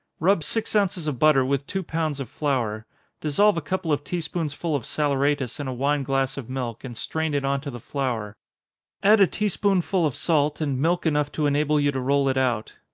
rub six ounces of butter with two pounds of flour dissolve a couple of tea-spoonsful of saleratus in a wine glass of milk, and strain it on to the flour add a tea-spoonful of salt, and milk enough to enable you to roll it out.